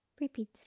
Repeat